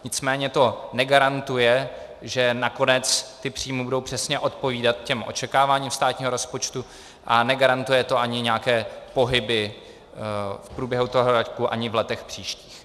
Nicméně to negarantuje, že nakonec ty příjmy budou přesně odpovídat těm očekáváním státního rozpočtu, a negarantuje to ani nějaké pohyby v průběhu toho roku, ani v letech příštích.